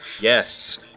Yes